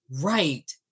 right